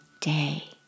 day